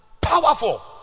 powerful